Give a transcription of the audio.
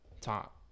Top